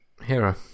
Hero